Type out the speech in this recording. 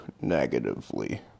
negatively